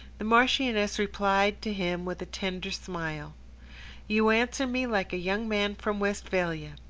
the marchioness replied to him with a tender smile you answer me like a young man from westphalia.